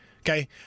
Okay